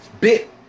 bit